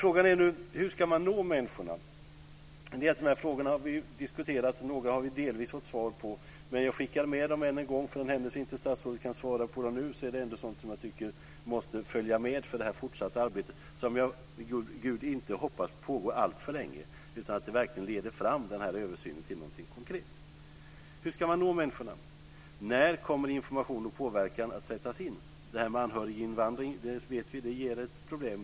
Frågan är nu hur man ska nå människorna. Vi har diskuterat dessa frågor och delvis fått svar på några. Jag skickar med dem än en gång. Om statsrådet inte kan besvara dem nu tycker jag ändå att de måste få följa med i det fortsatta arbetet, som jag vid Gud hoppas inte ska pågå alltför länge. Jag hoppas också att översynen verkligen leder fram till något konkret. Hur ska man nå människorna? När kommer information och påverkan att sättas in? Vi vet att anhöriginvandringen är ett problem.